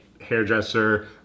hairdresser